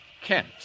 Kent